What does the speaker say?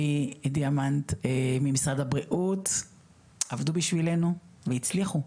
וצפי דיאמנט ממשרד הבריאות עבדו בשבילנו והצליחו.